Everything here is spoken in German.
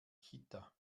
kita